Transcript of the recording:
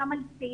גם על צעירים.